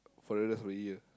for the rest of the year